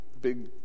big